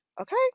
okay